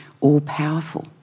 all-powerful